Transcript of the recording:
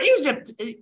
Egypt